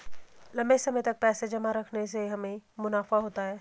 लंबे समय तक पैसे जमा रखने से हमें मुनाफा होता है